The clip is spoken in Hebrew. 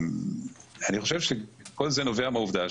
אני חושב שכל זה נובע מהעובדה,